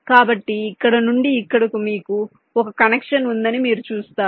కాబట్టి ఇక్కడ నుండి ఇక్కడకు మీకు ఒక కనెక్షన్ ఉందని మీరు చూస్తారు